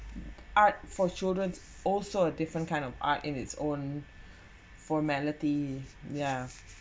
art for children also a different kind of art in its own formality yeah